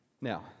Now